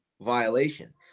violation